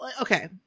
Okay